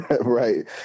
right